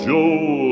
Joe